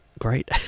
Great